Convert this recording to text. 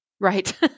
Right